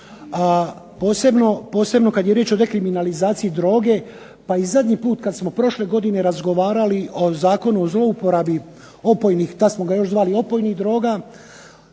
posebno kad je riječ o dekriminalizaciji droge pa i zadnji put kad smo prošle godine razgovarali o Zakonu o zlouporabi opojnih, tad smo ga još zvali opojnih droga,